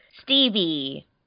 Stevie